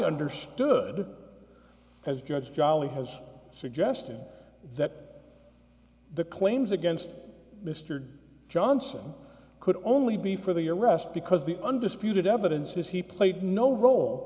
understood as judge jolly has suggested that the claims against mr johnson could only be for the arrest because the undisputed evidence is he played no role